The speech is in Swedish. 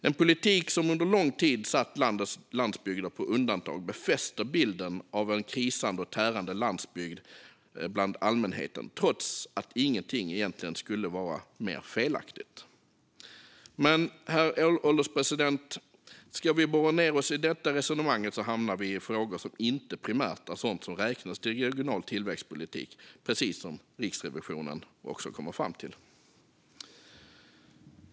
En politik som under lång tid har satt landets landsbygder på undantag befäster bilden av en krisande och tärande landsbygd bland allmänheten, trots att ingenting egentligen kunde vara mer felaktigt. Ska vi borra ned oss i detta resonemang hamnar vi dock i frågor som inte primärt är sådant som räknas till regional tillväxtpolitik, herr ålderspresident - precis som Riksrevisionen också kommer fram till.